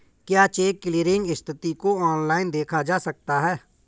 क्या cheque clearing स्थिति को ऑनलाइन देखा जा सकता है?